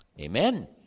Amen